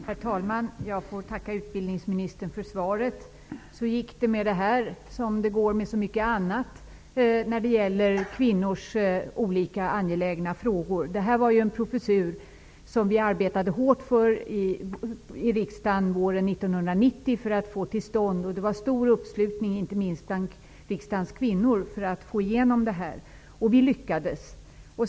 Herr talman! Jag får tacka utbildningsministern för svaret. Så gick det med det här som det går med så mycket annat när det gäller för kvinnor angelägna frågor. Det var en professur som vi arbetade hårt för i riksdagen våren 1990 för att få till stånd, och det var stor uppslutning inte minst bland riksdagens kvinnor för att få igenom beslutet. Och vi lyckades.